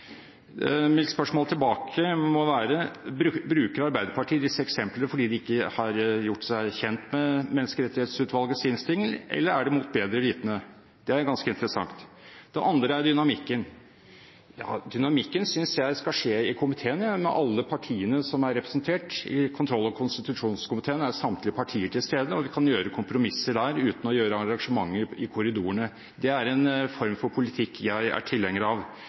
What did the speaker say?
Mitt spørsmål tilbake må være: Bruker Arbeiderpartiet disse eksemplene fordi de ikke har gjort seg kjent med Menneskerettighetsutvalgets innstilling, eller er det mot bedre vitende? Det er ganske interessant. Det andre er dynamikken. Dynamikken synes jeg skal skje i komiteen, med alle partiene som er representert. I kontroll- og konstitusjonskomiteen er samtlige partier til stede, og vi kan gjøre kompromisser der uten å gjøre arrangementer i korridorene. Det er en form for politikk jeg er tilhenger av.